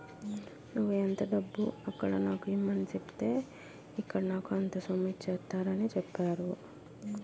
నువ్వు ఎంత డబ్బు అక్కడ నాకు ఇమ్మని సెప్పితే ఇక్కడ నాకు అంత సొమ్ము ఇచ్చేత్తారని చెప్పేరు